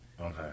Okay